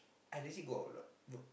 I lazy go out lah bro